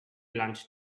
lunch